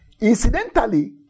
Incidentally